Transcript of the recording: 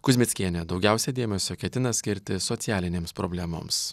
kuzmickienė daugiausia dėmesio ketina skirti socialinėms problemoms